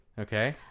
Okay